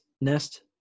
nest